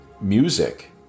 music